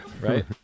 Right